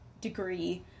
degree